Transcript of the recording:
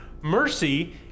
Mercy